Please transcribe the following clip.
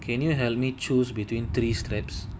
can you help me choose between three straps